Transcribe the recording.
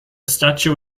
statue